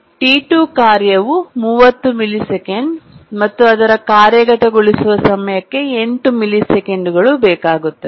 T2 ಕಾರ್ಯವು 30 millisecond ಮತ್ತು ಅದರ ಕಾರ್ಯಗತಗೊಳಿಸುವ ಸಮಯಕ್ಕೆ 8 ಮಿಲಿಸೆಕೆಂಡುಗಳು ಬೇಕಾಗುತ್ತವೆ